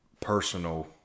personal